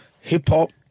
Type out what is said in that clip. Hip-hop